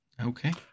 okay